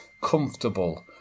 comfortable